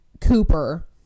Cooper